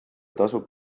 tasub